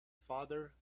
father